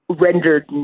rendered